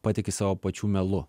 patiki savo pačių melu